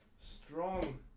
strong